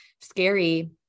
scary